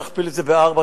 תכפיל את זה בארבע,